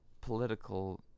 political